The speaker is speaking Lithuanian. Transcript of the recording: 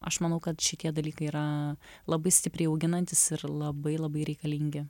aš manau kad šitie dalykai yra labai stipriai auginantys ir labai labai reikalingi